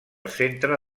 centre